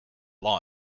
law